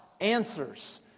answers